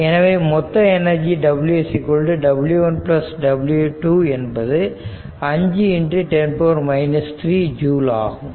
எனது மொத்த energy w w1 w2 என்பது 5×10 3 ஜூல் ஆகும்